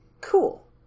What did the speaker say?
cool